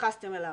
שהתייחסתם אליו.